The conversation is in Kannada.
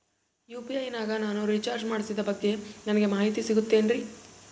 ಯು.ಪಿ.ಐ ನಾಗ ನಾನು ರಿಚಾರ್ಜ್ ಮಾಡಿಸಿದ ಬಗ್ಗೆ ನನಗೆ ಮಾಹಿತಿ ಸಿಗುತೇನ್ರೀ?